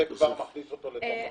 זה כבר מכניס אותו לרשימה.